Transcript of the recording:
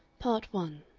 part one